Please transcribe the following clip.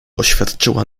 oświadczyła